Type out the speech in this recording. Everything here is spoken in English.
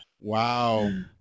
Wow